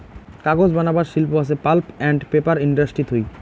কাগজ বানাবার শিল্প হসে পাল্প আন্ড পেপার ইন্ডাস্ট্রি থুই